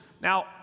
Now